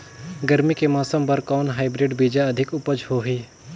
गरमी के मौसम बर कौन हाईब्रिड बीजा अधिक उपज होही?